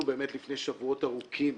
אנחנו באמת לפני שבועות ארוכים